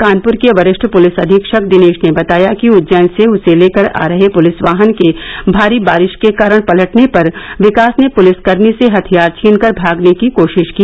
कानपुर के वरिष्ठ पुलिस अधीक्षक दिनेश ने बताया कि उज्जैन से उसे लेकर आ रहे पुलिस वाहन के भारी बारिश के कारण पलटने पर विकास ने पुलिसकर्मी से हथियार छीनकर भागने की कोशिश की